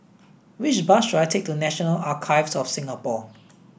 which bus should I take to National Archives of Singapore